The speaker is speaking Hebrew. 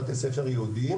וללמד בבתי ספר יהודיים.